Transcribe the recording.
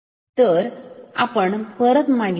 तर आपण परत मागे वळू